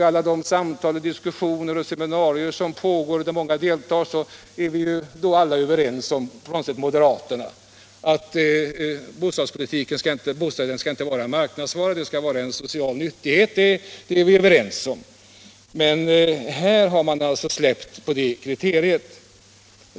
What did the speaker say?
Vid de samtal, diskussioner och seminarier som pågår och där många deltar är vi alla — frånsett moderaterna — överens om att bostaden skall utgöra inte en marknadsvara utan en social nyttighet. Men här har man alltså släppt på det kriteriet.